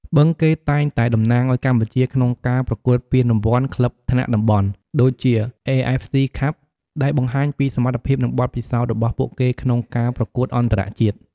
បឹងកេតតែងតែតំណាងឲ្យកម្ពុជាក្នុងការប្រកួតពានរង្វាន់ក្លឹបថ្នាក់តំបន់ដូចជា AFC Cup ដែលបង្ហាញពីសមត្ថភាព និងបទពិសោធន៍របស់ពួកគេក្នុងការប្រកួតអន្តរជាតិ។